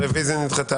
הרביזיה נדחתה.